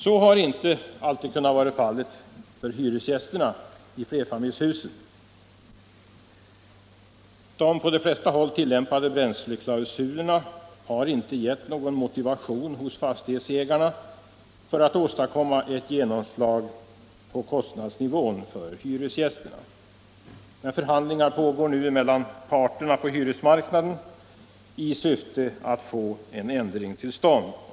Så har inte alltid kunnat vara fallet för hyresgästerna i flerfamiljshusen. De på de flesta håll tillämpade bränsleklausulerna har inte gett fastighetsägarna någon motivation att åstadkomma ett genomslag på kostnadsnivån för hyresgästerna. Förhandlingar pågår nu mellan parterna på hyresmarknaden i syfte att få en ändring till stånd.